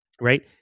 right